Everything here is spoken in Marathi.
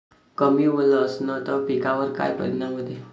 कमी ओल असनं त पिकावर काय परिनाम होते?